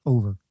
Over